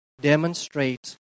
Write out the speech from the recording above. demonstrate